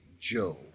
Joe